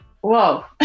whoa